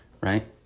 right